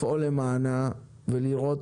לפעול למענה ולראות